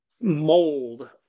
mold